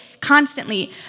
constantly